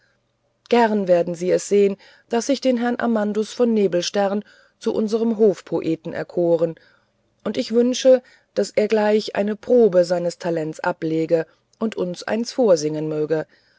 gern werden sie es sehen daß ich den herrn amandus von nebelstern zu unserm hofpoeten erkoren und ich wünsche daß er gleich eine probe seines talents ablegen und uns eins vorsingen möge